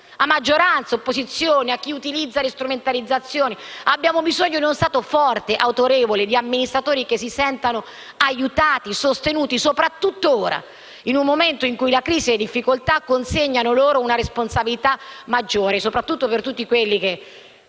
a maggioranza, a opposizioni e a chi utilizza le strumentalizzazioni. Abbiamo bisogno di uno Stato forte e autorevole e di amministratori che si sentano aiutati e sostenuti soprattutto ora, in un momento in cui la crisi e le difficoltà consegnano loro una responsabilità maggiore. Mi riferisco soprattutto a coloro che